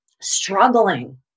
struggling